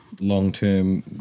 long-term